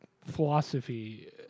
Philosophy